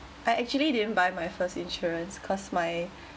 I actually didn't buy my first insurance cause my